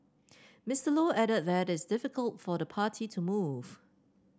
Mister Low added that it's difficult for the party to move